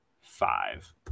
five